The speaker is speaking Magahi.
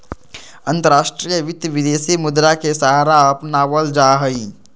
अंतर्राष्ट्रीय वित्त, विदेशी मुद्रा के सहारा अपनावल जा हई